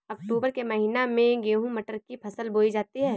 अक्टूबर के महीना में गेहूँ मटर की फसल बोई जाती है